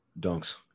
dunks